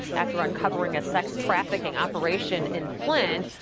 after uncovered a sex trafficking operation in flint,